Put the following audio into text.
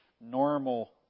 normal